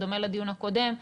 בדומה לדיון הקודם,